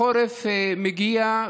החורף מגיע,